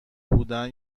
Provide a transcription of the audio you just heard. بودن